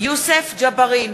יוסף ג'בארין,